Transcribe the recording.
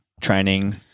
training